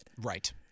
Right